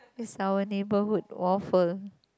is our neighbourhood waffle